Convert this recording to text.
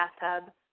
bathtub